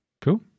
Cool